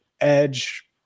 edge